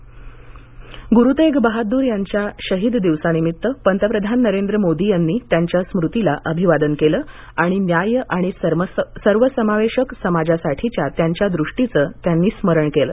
तेग बहादुर गुरु तेग बहादूर यांच्या शहीद दिवसानिमित्त पंतप्रधान नरेंद्र मोदी यांनी त्यांच्या स्मृतीला अभिवादन केलं आणि न्याय्य आणि सर्वसमावेशक समाजासाठीच्या त्यांच्या दृष्टीचं त्यांनी स्मरण केलं